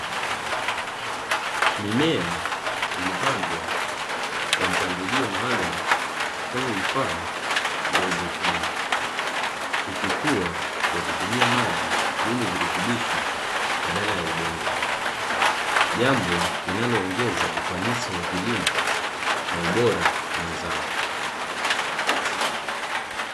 Mimea imepandwa kwa mpangilio maalumu, kwenye vifaa vya haidroponi. Ikikua kwa kutumia maji yenye virutubisho badala ya udongo. Jambo linaloongeza ufanisi wa kilimo na ubora wa mazao.